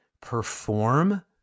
perform